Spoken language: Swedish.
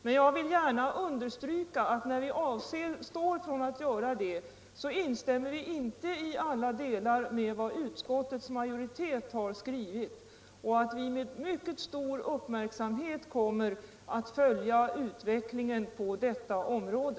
Men jag vill gärna understryka att när vi avstår från att göra det instämmer vi inte i alla delar med vad utskottets majoritet har skrivit och att vi med mycket stor uppmärksamhet kommer att följa utvecklingen på detta område.